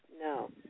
no